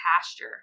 pasture